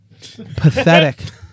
Pathetic